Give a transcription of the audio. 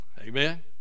amen